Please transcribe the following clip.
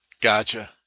Gotcha